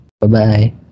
Bye-bye